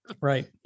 right